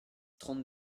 trente